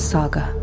Saga